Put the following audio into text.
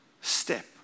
step